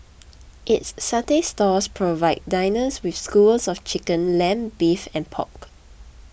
its satay stalls provide diners with skewers of chicken lamb beef and pork